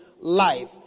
life